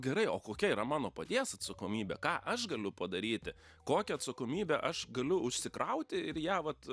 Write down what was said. gerai o kokia yra mano paties atsakomybė ką aš galiu padaryti kokią atsakomybę aš galiu užsikrauti ir ją vat